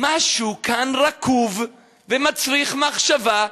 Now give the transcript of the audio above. משהו כאן רקוב ומצריך מחשבה,